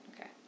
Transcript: Okay